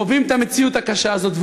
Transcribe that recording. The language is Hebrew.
חווים את המציאות הקשה הזאת,